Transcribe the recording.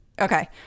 Okay